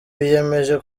biyemeje